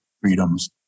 freedoms